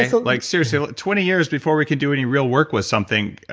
so like seriously. like twenty years before we can do any real work with something.